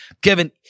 Kevin